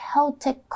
Celtic